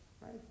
right